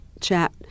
chat